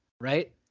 right